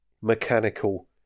Mechanical